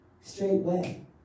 Straightway